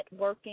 networking